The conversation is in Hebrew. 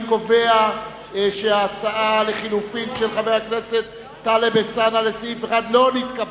אני קובע שההצעה לחלופין של חבר הכנסת טלב אלסאנע לסעיף 1 לא נתקבלה.